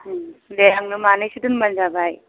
उम दे आंनो मानैसो दोनबानो जाबाय